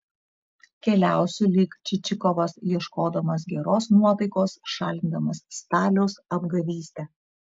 keliausiu lyg čičikovas ieškodamas geros nuotaikos šalindamas staliaus apgavystę